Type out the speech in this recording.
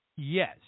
Yes